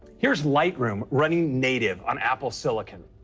here's lightroom running native on apple silicon.